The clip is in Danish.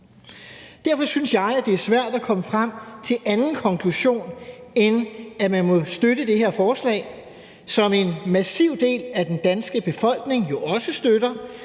Derfor synes jeg, det er svært at komme frem til en anden konklusion, end at man må støtte det her forslag, som en massiv del af den danske befolkning jo også støtter,